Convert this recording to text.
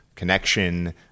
connection